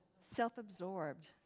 self-absorbed